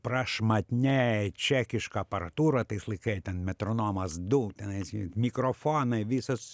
prašmatni čekiška aparatūra tais laikais ten metronomas du tenais mikrofonai visas